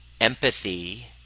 empathy